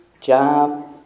job